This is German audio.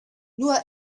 nur